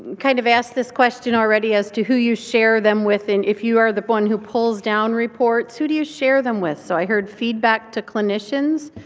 kind of asked this question already as to who you share them with, and if you are the one who pulls down reports. who do you share them with? so i heard feedback to clinicians.